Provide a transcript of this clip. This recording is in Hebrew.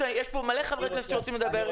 יש פה הרבה חברי כנסת שרוצים לדבר,